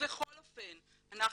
ובכל אופן אנחנו